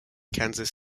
kansas